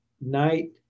night